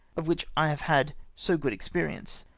of which i have had so good experience.